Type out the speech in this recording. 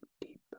deep